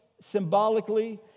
symbolically